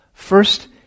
First